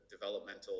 developmental